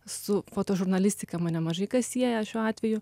su fotožurnalistika mane mažai kas sieja šiuo atveju